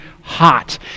hot